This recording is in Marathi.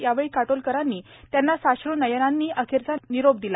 यावेळी काटोलकरांनी त्यांना साश्र नयनांनी अखेरचा निरोप दिला